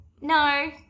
no